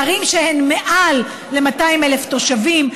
בערים שהן מעל 200,000 תושבים,